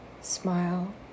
Smile